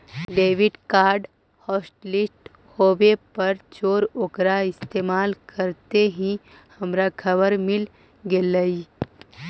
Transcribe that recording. debit card hotlist होवे पर चोर ओकरा इस्तेमाल करते ही हमारा खबर मिल गेलई